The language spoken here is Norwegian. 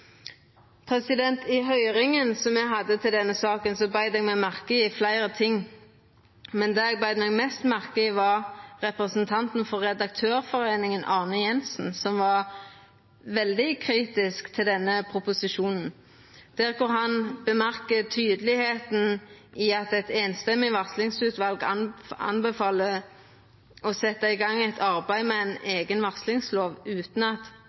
I høyringa som me hadde til denne saka, beit eg meg merke i fleire ting. Det eg beit meg mest merke i, var representanten for Redaktørforeningen, Arne Jensen, som var veldig kritisk til denne proposisjonen. Han nemnde tydelegheita i at eit samrøystes varslingsutval anbefaler å setja i gong eit arbeid med ei eiga varslingslov, utan at